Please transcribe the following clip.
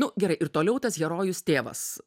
nu gerai ir toliau tas herojus tėvas